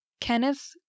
Kenneth